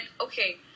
okay